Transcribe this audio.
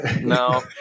No